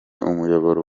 umuyoboro